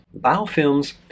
Biofilms